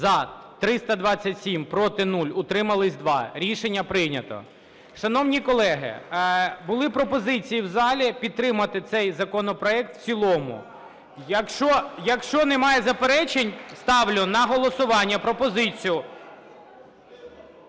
За-327 Проти – 0. Утримались – 2. Рішення прийнято. Шановні колеги, були пропозиції в залі підтримати цей законопроект в цілому, якщо немає заперечень ставлю на голосування пропозицію…